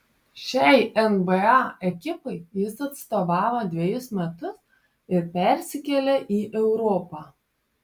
šiai nba ekipai jis atstovavo dvejus metus ir persikėlė į europą